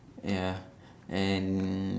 ya and